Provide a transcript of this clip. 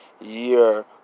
year